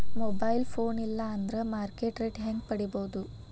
Mobile phone ಇಲ್ಲಾ ಅಂದ್ರ market rate ಹೆಂಗ್ ಪಡಿಬೋದು?